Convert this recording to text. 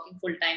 full-time